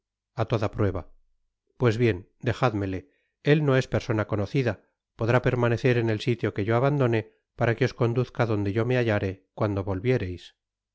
a toda prueba pues bien dejádmele él no es persona conocida podrá permanecer en el sitio que yo abandone para que os conduzca donde yo me hallare cuando volviereis